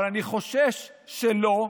אבל אני חושש שלא,